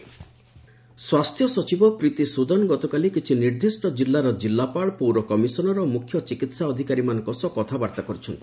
health secretary meeting ସ୍ୱାସ୍ଥ୍ୟ ସଚିବ ପ୍ରୀତି ସୁଦନ ଗତକାଲି କିଛି ନିର୍ଦ୍ଦିଷ୍ଟ ଜିଲ୍ଲାର ଜିଲ୍ଲାପାଳ ପୌର କମିଶନର ଓ ମୁଖ୍ୟ ଚିକିତ୍ସା ଅଧିକାରୀମାନଙ୍କ ସହ କଥାବାର୍ତ୍ତା କରିଛନ୍ତି